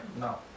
No